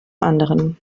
anderen